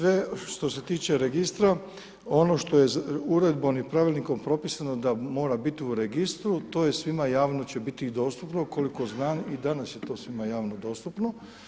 Sve što se tiče registra, ono što je uredbom i pravilnikom propisano da mora biti u registru, to je svima i javno će biti dostupno, koliko znam i danas je to svima javno dostupno.